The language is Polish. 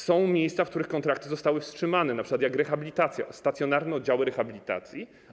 Są miejsca, w których kontrakty zostały wstrzymane, jak np. rehabilitacja, stacjonarne oddziały rehabilitacji.